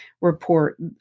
report